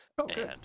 Okay